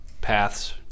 paths